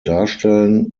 darstellen